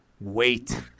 Wait